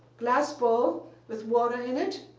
glass bowl with water in it,